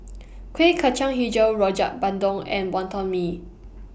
Kuih Kacang Hijau Rojak Bandung and Wonton Mee